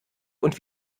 und